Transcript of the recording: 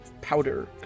powder